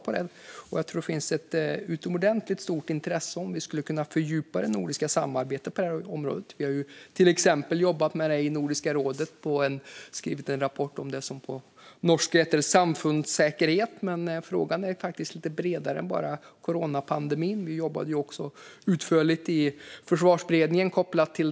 Jag tror att det finns ett utomordentligt stort intresse av att fördjupa det nordiska samarbetet på området. Vi har till exempel jobbat med det i Nordiska rådet och har skrivit en rapport om det som på norska heter samfundssäkerhet. Men frågan är lite bredare än bara coronapandemin. Vi jobbade också utförligt med detta i Försvarsberedningen.